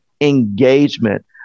engagement